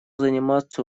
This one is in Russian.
заниматься